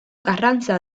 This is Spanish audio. carranza